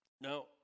Now